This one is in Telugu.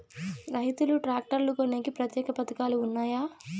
రైతులు ట్రాక్టర్లు కొనేకి ప్రత్యేక పథకాలు ఉన్నాయా?